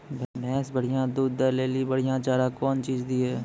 भैंस बढ़िया दूध दऽ ले ली बढ़िया चार कौन चीज दिए?